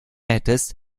hättest